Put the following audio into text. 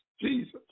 Jesus